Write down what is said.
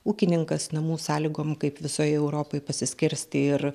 ūkininkas namų sąlygom kaip visoj europoj pasiskersti ir